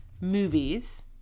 movies